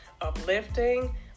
uplifting